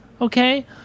okay